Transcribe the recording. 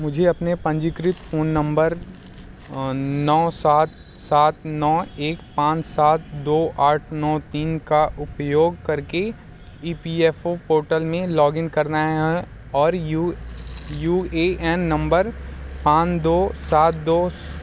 मुझे अपने पंजीकृत फोन नंबर नौ सात सात नौ एक पाँच सात दो आठ नौ तीन का उपयोग करके E P F O portal में लॉगिन करना है और U U A N number पाँच दो सात दो